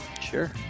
Sure